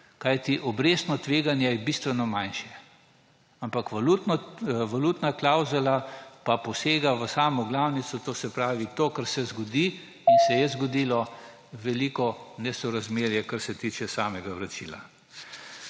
Kajti obrestno tveganje je bistveno manjše, ampak valutna klavzula pa posega v samo glavnico; to se pravi to, kar se zgodi in se je zgodilo veliko nesorazmerje, kar se tiče samega vračila.